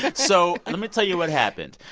but so let me tell you what happened.